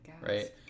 right